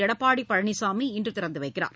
எடப்பாடி பழனிசாமி இன்று திறந்து வைக்கிறார்